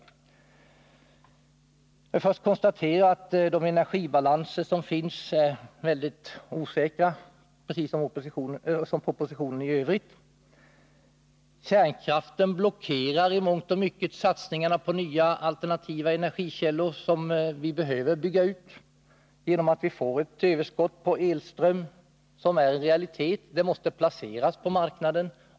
Jag vill börja med att konstatera att de energibalanser som finns är mycket osäkra, precis som propositionen i övrigt. Kärnkraften blockerar i mångt och mycket satsningarna på nya alternativa energikällor, som vi behöver bygga ut. Det är en realitet att vi får ett överskott på elkraft, som måste placeras på marknaden.